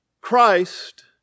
Christ